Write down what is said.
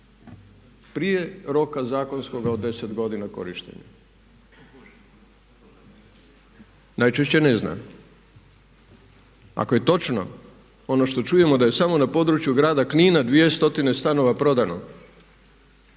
prije roka zakonskoga od 10 godina korištenja. Najčešće ne zna. Ako je točno ono što čujemo da je samo na području grada Knina 2 stotine stanova prodano